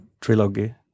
trilogy